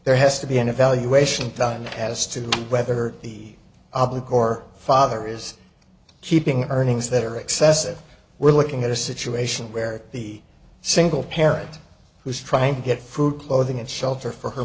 there has to be an evaluation done as to whether the father is keeping earnings that are excessive we're looking at a situation where the single parent who's trying to get food clothing and shelter for her